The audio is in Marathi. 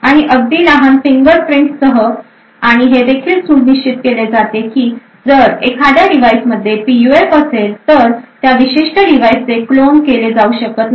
आणि अगदी लहान फिंगरप्रिंटसह आणि हे देखील सुनिश्चित केले आहे की जर एखाद्या डिव्हाइसमध्ये पीयूएफ असेल तर त्या विशिष्ट डिव्हाइसचे क्लोन केले जाऊ शकत नाही